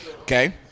Okay